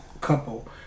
couple